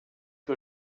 que